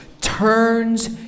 turns